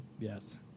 Yes